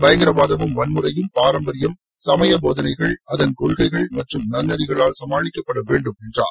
பயங்கரவாதமும் வன்முறையும் பாரம்பரியம் சமய போதனைகள் அதன் கொள்கைகள் மற்றும் நன்னெறிகளால் சமாளிக்கப்படவேண்டும் என்றார்